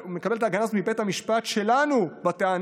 הוא מקבל את ההגנה הזאת מבית המשפט שלנו בטענה